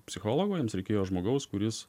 psichologo jiems reikėjo žmogaus kuris